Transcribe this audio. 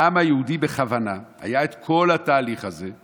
בעם היהודי, בכוונה, היה את כל התהליך הזה.